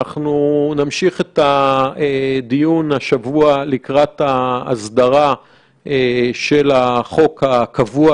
נמשיך את הדיון השבוע לקראת ההסדרה של החוק הקבוע